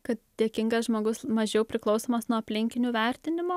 kad dėkingas žmogus mažiau priklausomas nuo aplinkinių vertinimo